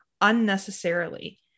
unnecessarily